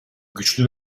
güçlü